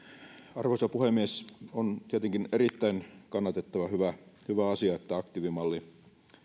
arvoisa puhemies on tietenkin erittäin kannatettava hyvä hyvä asia että aktiivimalli